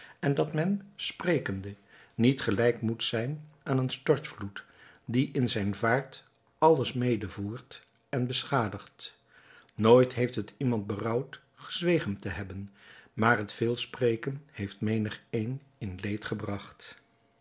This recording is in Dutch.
en dat men sprekende niet gelijk moet zijn aan een stortvloed die in zijn vaart alles medevoert en beschadigt nooit heeft het iemand berouwd gezwegen te hebben maar het veel spreken heeft menigeen in leed gebragt